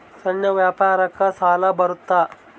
ಸಣ್ಣ ವ್ಯಾಪಾರಕ್ಕ ಸಾಲ ಬರುತ್ತಾ?